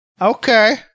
Okay